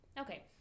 Okay